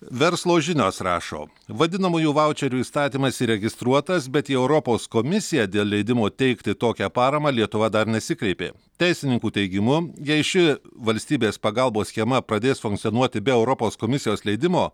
verslo žinios rašo vadinamųjų vaučerių įstatymas įregistruotas bet į europos komisiją dėl leidimo teikti tokią paramą lietuva dar nesikreipė teisininkų teigimu jei ši valstybės pagalbos schema pradės funkcionuoti be europos komisijos leidimo